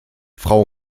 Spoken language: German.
frau